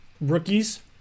rookies